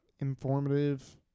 informative